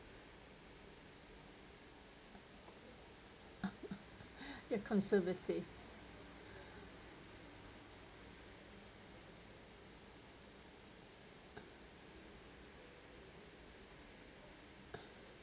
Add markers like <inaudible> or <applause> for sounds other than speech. <laughs> you're conservative